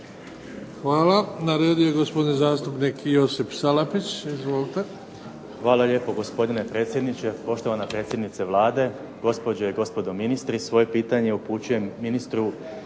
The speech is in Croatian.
Hvala. Na redu je gospodin zastupnik Josip Salapić. Izvolite. **Salapić, Josip (HDZ)** Hvala lijepo gospodine predsjedniče. Poštovana predsjednice Vlade, gospođe i gospodo ministri. Svoje pitanje upućujem ministru